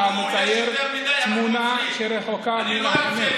אתה מצייר תמונה שרחוקה מן האמת.